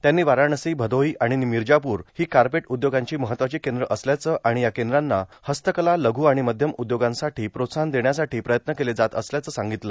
त्यांनी वाराणसी भदोहो आर्गण भमजापुर हो कापट उद्योगाची महत्वाची कद्र असल्याचं आण या कद्रांना हस्तकला लघ् आण मध्यम उद्योगांसाठी प्रोत्साहन देण्यासाठी प्रयत्न केले जात असल्याच सांगगतलं